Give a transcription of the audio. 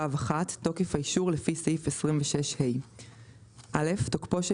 תוקף האישור לפי סעיף 26ה 26ו1. (א)תוקפו של